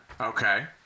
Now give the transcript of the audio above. Okay